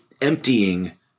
emptying